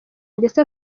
ndetse